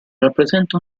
rappresenta